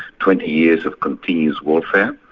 twenty years of continuous warfare.